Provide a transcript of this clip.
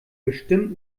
bestimmt